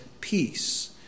peace